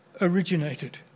originated